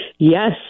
Yes